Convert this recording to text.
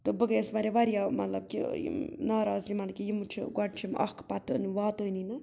تہٕ بہٕ گٔیَس واریاہ واریاہ مطلب کہِ ناراض یِمَن کہِ یِم چھِ گۄڈٕ چھِ یِم اَکھ پَتہٕ نہٕ واتٲنی نہٕ